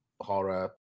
horror